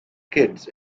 kids